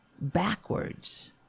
backwards